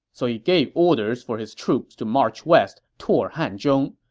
so he gave orders for his troops to march west toward hanzhong.